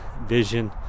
vision